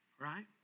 Right